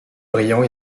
brillant